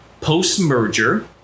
post-merger